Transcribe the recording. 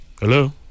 Hello